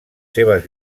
seves